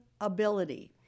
ability